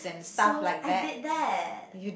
so I did that